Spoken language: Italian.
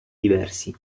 diversi